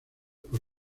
por